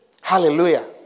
Hallelujah